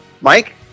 Mike